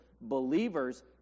believers